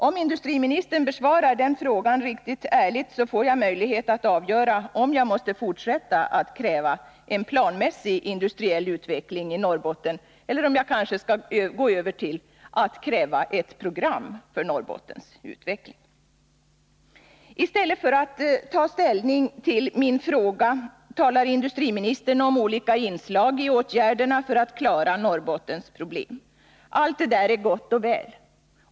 Om industriministern besvarar de frågorna riktigt ärligt, får jag möjlighet att avgöra om jag måste fortsätta att kräva en planmässig industriell utveckling i Norrbotten eller om jag kanske skall gå över till att kräva ett program för Norrbottens utveckling. I stället för att ta ställning till min fråga talar industriministern om olika inslag i åtgärderna för att klara Norrbottens problem. Allt det där är gott och väl.